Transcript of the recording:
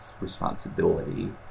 responsibility